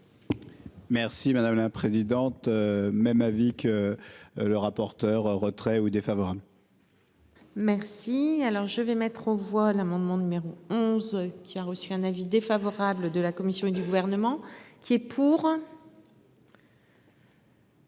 Merci madame la présidente. Même avis que. Le rapporteur retrait ou défavorables. Merci. Alors je vais mettre aux voix l'amendement numéro 11 qui a reçu un avis défavorable de la Commission et du gouvernement. Qui est pour.